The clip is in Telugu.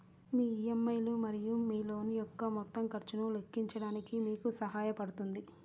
మీ ఇ.ఎం.ఐ లు మరియు మీ లోన్ యొక్క మొత్తం ఖర్చును లెక్కించడానికి మీకు సహాయపడుతుంది